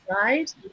right